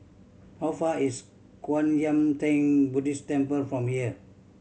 how far is Kwan Yam Theng Buddhist Temple from here